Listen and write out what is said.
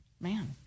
Man